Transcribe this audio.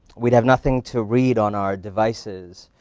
we'd have nothing to read on our devices